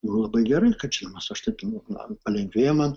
ir labai gerai kad žinomas aš taip palengvėjo man